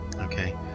okay